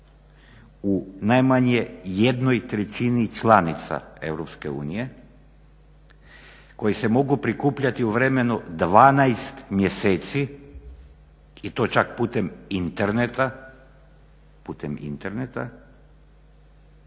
u najmanje 1/3 članica EU koji se mogu prikupljati u vremenu 12 mjesece i to čak putem interneta,